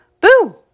Boo